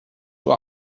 uhr